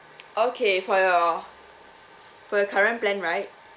okay for your for your current plan right